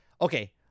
Okay